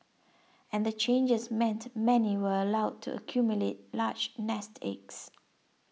and the changes meant many were allowed to accumulate large nest eggs